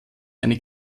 eine